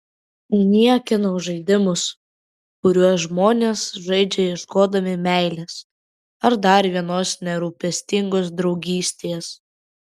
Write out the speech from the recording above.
niekinau žaidimus kuriuos žmonės žaidžia ieškodami meilės ar dar vienos nerūpestingos draugystės